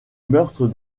meurtre